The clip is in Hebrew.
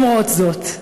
למרות זאת,